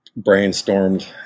brainstormed